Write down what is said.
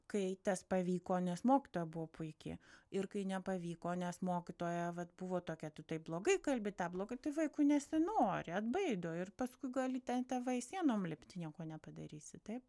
kai tas pavyko nes mokytoja buvo puiki ir kai nepavyko nes mokytoja vat buvo tokia tu taip blogai kalbi tą blogai tai vaikui nesinori atbaido ir paskui gali ten tėvai sienom lipt nieko nepadarysi taip